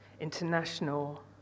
international